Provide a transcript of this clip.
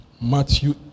Matthew